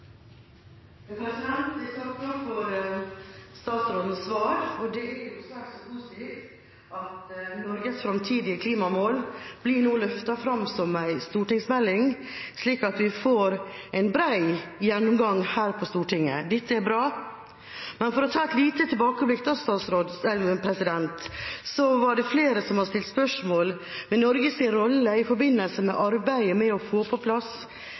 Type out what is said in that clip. stortingsmelding, slik at vi får en bred gjennomgang her på Stortinget. Dette er bra. Men for å ta et lite tilbakeblikk er det flere som har stilt spørsmål ved Norges rolle i forbindelse med arbeidet med å få på plass